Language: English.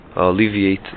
alleviate